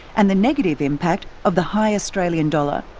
and the negative impact of the high australian dollar.